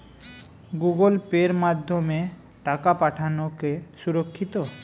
Google Pay মাধ্যমে টাকা পাঠানোকে সুরক্ষিত?